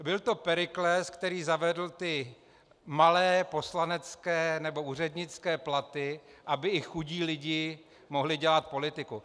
Byl to Perikles, který zavedl ty malé poslanecké nebo úřednické platy, aby i chudí lidé mohli dělat politiku.